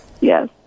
Yes